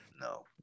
No